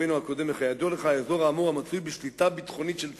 כידוע לך האזור האמור מצוי בשליטה ביטחונית של צה"ל.